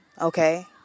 Okay